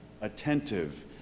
attentive